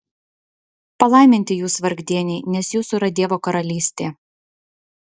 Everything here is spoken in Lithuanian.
palaiminti jūs vargdieniai nes jūsų yra dievo karalystė